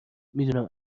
میدونم